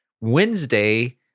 Wednesday